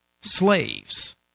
slaves